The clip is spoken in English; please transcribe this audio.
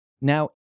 now